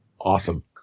Awesome